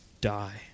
die